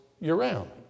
year-round